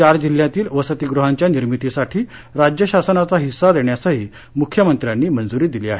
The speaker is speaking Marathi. चार जिल्ह्यांतील वसतिगृहांच्या निर्मितीसाठी राज्य शासनाचा हिस्सा देण्यासही मुख्यमंत्र्यांनी मंजुरी दिली आहे